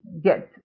get